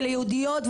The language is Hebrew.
וליהודיות,